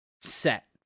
set